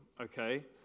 okay